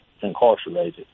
incarcerated